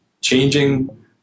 changing